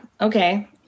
Okay